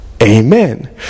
Amen